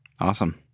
Awesome